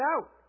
out